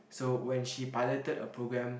so when she piloted a program